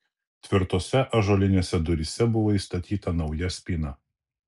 tvirtose ąžuolinėse duryse buvo įstatyta nauja spyna